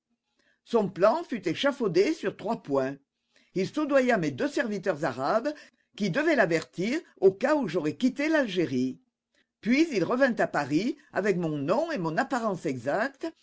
son plan fut échafaudé sur trois points il soudoya mes deux serviteurs arabes qui devaient l'avertir au cas où j'aurais quitté l'algérie puis il revint à paris avec mon nom et mon apparence exacte